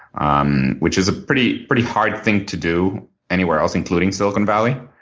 um which is a pretty pretty hard thing to do anywhere else including silicon valley.